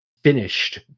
finished